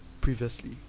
previously